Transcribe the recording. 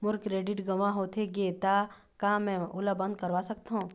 मोर credit गंवा होथे गे ता का मैं ओला बंद करवा सकथों?